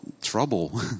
trouble